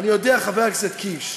אז אני יודע, חבר הכנסת קיש,